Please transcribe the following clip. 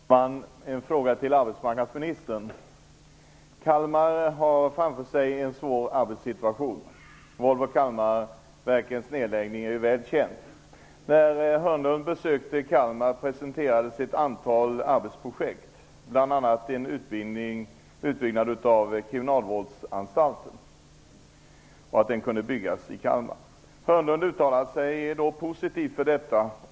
Fru talman! Jag har en fråga till arbetsmarknadsministern. Kalmar står inför en svår arbetssituation. Volvo Kalmarverkens nedläggning är ju välkänd. När Börje Hörnlund besökte Kalmar presenterades ett antal arbetsprojekt, bl.a. en utbyggnad av kriminalvårdsanstalten -- vilken kunde byggas i Börje Hörnlund uttalade sig positivt om detta.